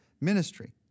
ministry